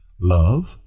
Love